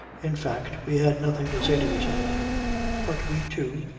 in fact we had nothing to say to each other but we two,